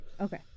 okay